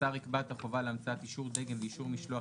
השר יקבע את החובה להמצאת אישור דגם ואישור משלוח